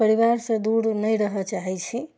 परिवारसँ दूर नहि रहऽ चाहे छी